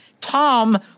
Tom